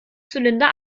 zylinder